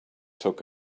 took